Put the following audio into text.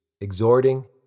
exhorting